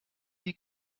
die